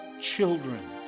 children